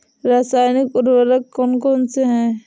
रासायनिक उर्वरक कौन कौनसे हैं?